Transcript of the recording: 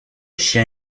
chien